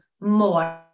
more